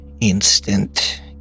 instant